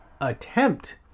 attempt